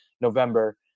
November